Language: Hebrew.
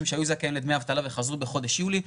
שהיו זכאים לדמי אבטלה וחזרו בחודש יולי.